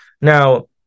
Now